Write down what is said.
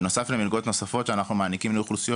בנוסף למלגות נוספות שאנחנו מעניקים לאוכלוסיות